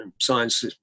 science